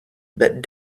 that